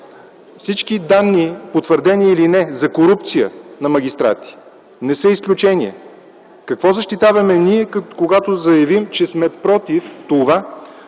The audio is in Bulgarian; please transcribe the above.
Всички данни, потвърдени или не, за корупция на магистрати не са изключение. Какво защитаваме ние, когато заявим, че сме против това